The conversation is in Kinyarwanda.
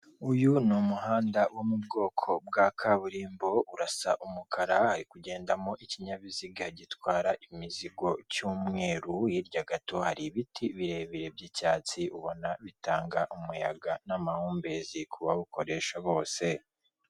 Uyu n'umuhanda wo mu bwoko bwa kaburimbo urasa umukara, uri kugendamo ikinyabiziga gitwara imizigo cy'umweru, hirya gato hari ibiti birebire by'icyatsi ubona bitanga umuyaga n'amahumbezi ku bawukoresha bose.